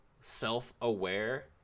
self-aware